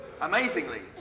amazingly